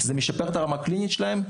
זה משפר את הרמה הקלינית שלהם.